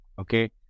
okay